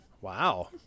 Wow